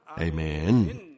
Amen